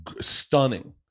stunning